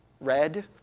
red